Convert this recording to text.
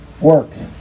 works